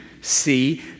see